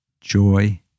joy